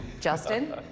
Justin